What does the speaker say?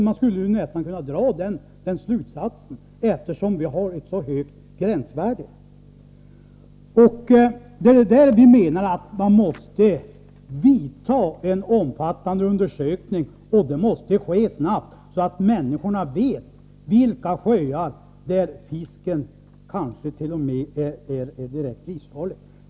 Man skulle nästan kunna dra den slutsatsen, eftersom vi har ett så högt gränsvärde. Vi menar att man måste genomföra en omfattande undersökning, och det måste ske snart, så att människorna vet i vilka sjöar fisken kanske t.o.m. är direkt livsfarlig.